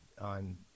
on